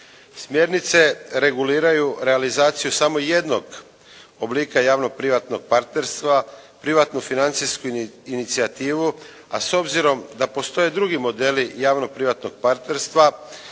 Smjernice reguliraju realizaciju samo jednog oblika javno-privatnog partnerstva, privatnu financijsku inicijativu a s obzirom da postoje drugi modeli javno-privatnog partnerstva